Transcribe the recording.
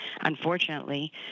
unfortunately